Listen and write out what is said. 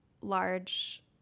large